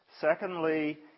Secondly